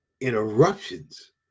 interruptions